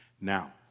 Now